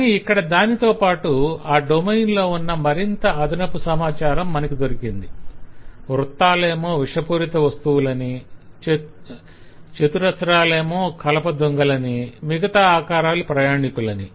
కానీ ఇక్కడ దానితో పాటు ఆ డొమైన్ లో ఉన్న మరింత అదనపు సమాచారం మనకు దొరికింది వృత్తాలేమో విషపూరిత వస్తువులని చతురశ్రాలేమో కలపదుంగలని మిగతా ఆకారాలు ప్రయాణికులని